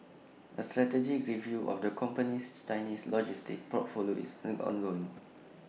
A strategic review of the company's Chinese logistics portfolio is ongoing